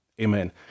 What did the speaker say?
amen